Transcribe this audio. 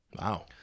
Wow